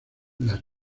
las